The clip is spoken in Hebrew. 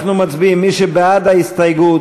מי בעד ההסתייגות?